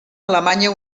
alemanya